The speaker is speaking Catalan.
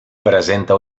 presenta